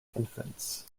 infants